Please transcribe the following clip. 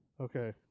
Okay